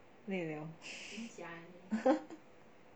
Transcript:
累了